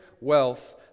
wealth